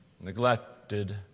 neglected